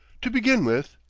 to begin with,